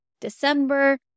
December